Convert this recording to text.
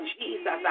Jesus